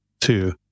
two